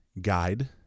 guide